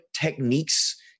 techniques